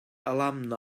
alumni